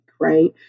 right